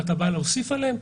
אתה בא להוסיף עליהם?